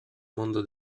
mondo